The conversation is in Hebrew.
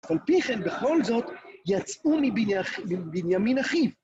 אך על פי כן, בכל זאת, יצאו מבנימין אחים.